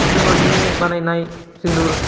टेकन'लजिनि बानायनाय जोलुर